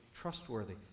trustworthy